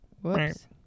whoops